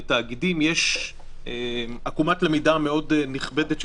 בתאגידים יש עקומת למידה מאוד נכבדת של